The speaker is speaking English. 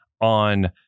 on